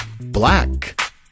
black